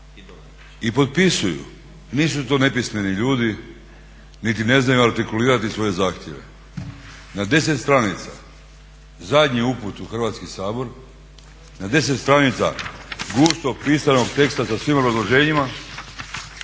i potpisuju, nisu to nepismeni ljudi niti ne znaju artikulirati svoje zahtjeve. Na 10 stranica zadnji uput u Hrvatski sabor, na 10 stranica gusto pisanog teksta sa svim obrazloženjima